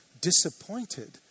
disappointed